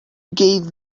gave